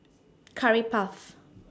Curry Puff